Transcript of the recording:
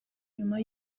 nyuma